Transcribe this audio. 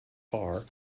far